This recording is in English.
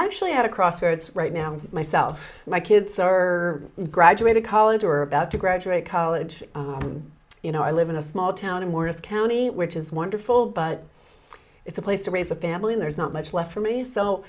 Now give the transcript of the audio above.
actually at a crossroads right now myself my kids are graduating college or about to graduate college you know i live in a small town in morris county which is wonderful but it's a place to raise a family and there's not much left for me so